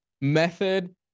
method